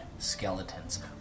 skeletons